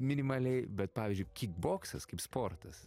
minimaliai bet pavyzdžiui kikboksas kaip sportas